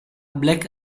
black